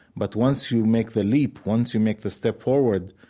but once you make the leap, once you make the step forward,